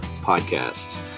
podcasts